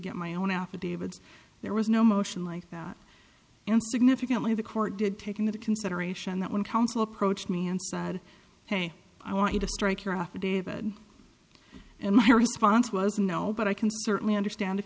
get my own affidavit there was no motion like that and significantly the court did take into consideration that when counsel approached me and said hey i want you to strike your affidavit and my response was no but i can certainly understand if